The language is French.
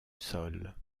sol